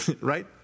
right